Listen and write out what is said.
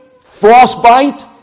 frostbite